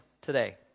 today